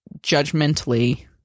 judgmentally